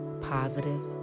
positive